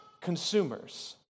consumers